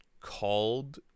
called